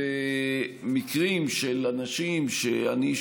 היו מקרים של אנשים שאני,